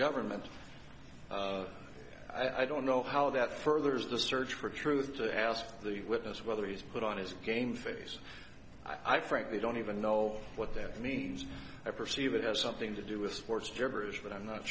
government i don't know how that furthers the search for truth to ask the witness whether he's put on his game face i frankly don't even know what that means i perceive it has something to do with sports diverse but i'm not